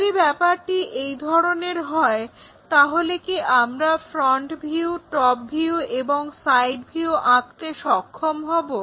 যদি ব্যাপারটি এই ধরনের হয় তাহলে কি আমরা ফ্রন্ট ভিউ টপ ভিউ এবং সাইড ভিউ আঁকতে সক্ষম হবো